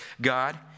God